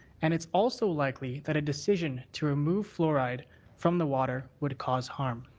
and it's also likely that a decision to remove fluoride from the water would cause harm.